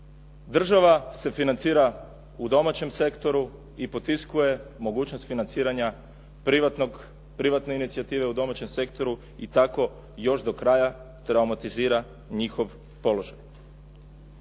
Država se financira u domaćem sektoru i potiskuje mogućnost financiranja privatnog, privatne inicijative u domaćem sektoru i tako još do kraja traumatizira njihov položaj.